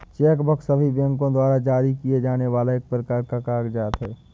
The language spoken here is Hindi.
चेक बुक सभी बैंको द्वारा जारी किए जाने वाला एक प्रकार का कागज़ात है